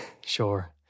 Sure